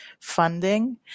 funding